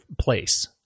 place